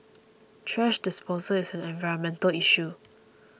thrash disposal is an environmental issue